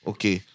Okay